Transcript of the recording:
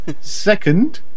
Second